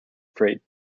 freight